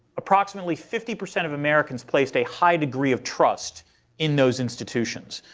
approximately fifty percent of americans placed a high degree of trust in those institutions.